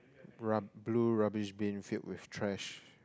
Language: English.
rub~ blue rubbish bin filled with trash